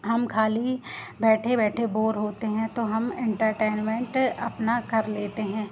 हम खाली बैठे बैठे बोर होते हैं तो हम इंटरटेनमेंट अपना कर लेते हैं